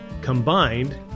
combined